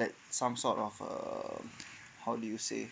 like some sort of uh how do you say